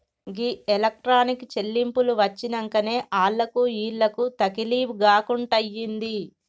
గీ electronic చెల్లింపులు వచ్చినంకనే ఆళ్లకు ఈళ్లకు తకిలీబ్ గాకుంటయింది